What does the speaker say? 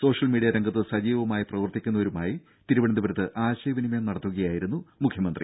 social media രംഗത്ത് സജീവമായി പ്രവർത്തിക്കുന്നവരുമായി തിരുവനന്തപുരത്ത് ആശയ വിനിമയം നടത്തുകയായിരുന്നു മുഖ്യമന്ത്രി